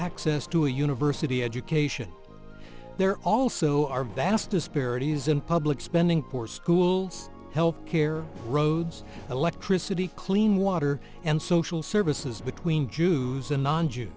yes to a university education there also are vast disparities in public spending for schools health care roads electricity clean water and social services between jews and non jew